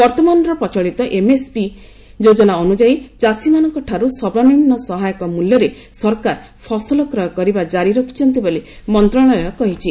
ବର୍ତ୍ତମାନର ପ୍ରଚଳିତ ଏମ୍ଏସ୍ପି ଯୋଜନା ଅନ୍ତ୍ରଯାୟୀ ଚାଷୀମାନଙ୍କଠାରୁ ସର୍ବନିମ୍ନ ସହାୟକ ମୂଲ୍ୟରେ ସରକାର ଫସଲ କ୍ରୟ କରିବା ଜାରି ରଖିଛନ୍ତି ବୋଲି ମନ୍ତ୍ରଶାଳୟ କହିଛି